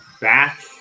back